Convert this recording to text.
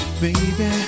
baby